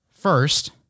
first